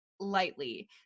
lightly